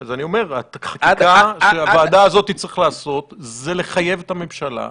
אז אני אומר: החקיקה שהוועדה הזאת צריכה לעשות זה לחייב את הממשלה.